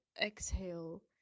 exhale